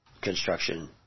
construction